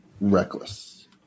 reckless